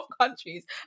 countries